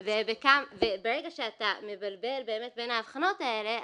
וברגע שאתה מבלבל בין ההבחנות האלה,